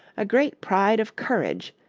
a great pride of courage,